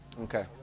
Okay